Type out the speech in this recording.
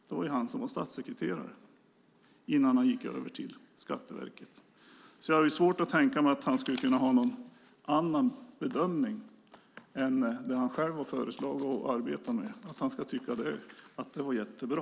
Det var ju han som var statssekreterare i Finansdepartementet innan han gick över till Skatteverket, så jag har svårt att tänka mig att han skulle kunna göra någon annan bedömning än att det han själv har föreslagit och arbetat med är jättebra.